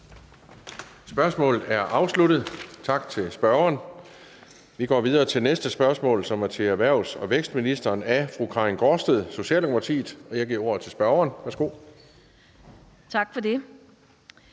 Spørgsmålet er afsluttet. Tak til spørgeren. Vi går videre til det næste spørgsmål, som er stillet til erhvervs- og vækstministeren af fru Karin Gaardsted, Socialdemokratiet. Kl. 16:22 Spm. nr. S 204 11)